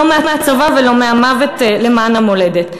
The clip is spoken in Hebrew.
לא מהצבא ולא מהמוות למען המולדת.